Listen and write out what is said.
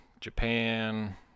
Japan